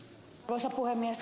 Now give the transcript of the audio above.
kysyjä ed